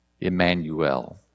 Emmanuel